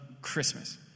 Christmas